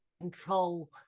control